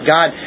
God